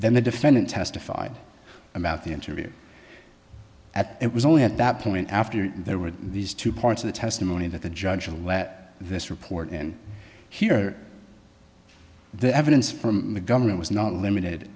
then the defendant testified about the interview at it was only at that point after there were these two parts of the testimony that the judge will let this report in here the evidence from the government was not limited